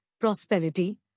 prosperity